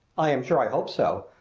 i am sure i hope so,